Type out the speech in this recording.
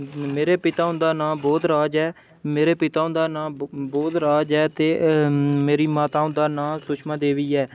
मेरे पिता हुंदा नांऽ बोध राज ऐ मेरे पिता हुंदा नांऽ बोध राज ऐ ते मेरी माता हुंदा नांऽ शुषमा देवी ऐ